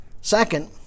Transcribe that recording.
Second